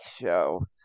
show